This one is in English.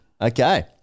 Okay